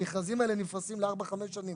המכרזים האלה נפרשים לארבע-חמש שנים.